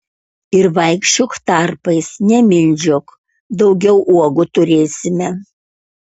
ir vaikščiok tarpais nemindžiok daugiau uogų turėsime